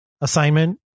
assignment